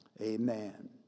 Amen